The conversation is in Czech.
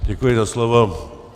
Děkuji za slovo.